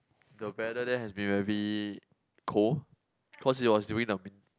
the weather there has been very cold cause it was during the